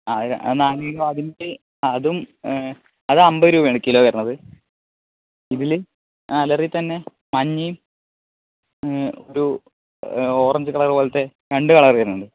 അതും അത് അമ്പതു രൂപയാണ് കിലോ വരുന്നത് ഇതില് അലറിയിൽത്തന്നെ മഞ്ഞയും ഒരു ഓറഞ്ച് കളർ പോലത്തെ രണ്ടു കളർ വരുന്നുണ്ട്